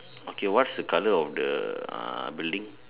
okay what's the colour of the ah building